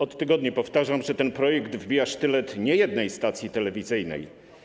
Od tygodni powtarzam, że ten projekt wbija sztylet nie jednej stacji telewizyjnej.